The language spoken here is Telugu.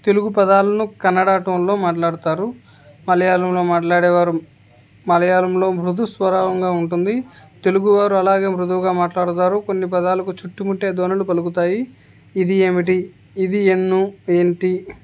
తెలుగు పదాలను కన్నడ టోన్లో మాట్లాడతారు మలయాళంలో మాట్లాడేవారు మలయాళంలో మృదు స్వరావంగా ఉంటుంది తెలుగువారు అలాగే మృదువుగా మాట్లాడతారు కొన్ని పదాలకు చుట్టుముట్టే ధ్వనులు పలుకుతాయి ఇది ఏమిటి ఇది ఎన్నూ ఏంటి